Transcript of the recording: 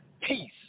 peace